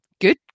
good